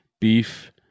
beef